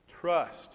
Trust